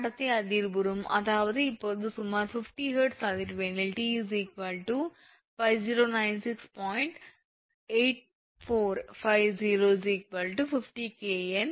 கடத்தி அதிர்வுறும் அதாவது இப்போது சுமார் 50 𝐻𝑧 அதிர்வெண்ணில் T 5096